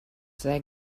they